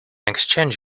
exchange